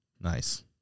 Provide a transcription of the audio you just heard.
Nice